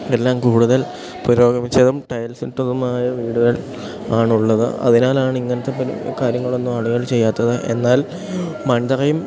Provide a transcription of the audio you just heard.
എല്ലാം കൂടുതൽ പുരോഗമിച്ചതും ടയൽസിട്ടതുമായ വീടുകൾ ആണുള്ളത് അതിനാലാണ് ഇങ്ങനത്തെ കാര്യങ്ങൾ ഒന്നും ആളുകൾ ചെയ്യാത്തത് എന്നാൽ മൺതറയും